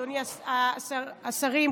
השרים,